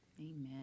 Amen